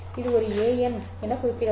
இது ஒரு an எனக் குறிப்பிடப்படும்